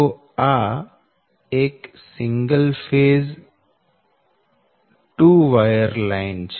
તો આ એક સિંગલ ફેઝ 2 વાયર લાઈન છે